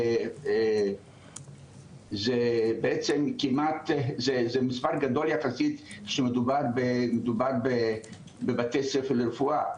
זה מספר גדול יחסית כשמדובר בבתי ספר לרפואה,